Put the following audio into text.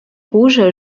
rouge